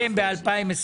ב-2021